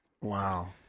Wow